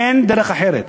אין דרך אחרת.